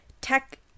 tech